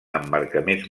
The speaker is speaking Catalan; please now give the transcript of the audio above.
emmarcaments